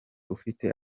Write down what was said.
ufite